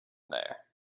there